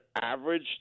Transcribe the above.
average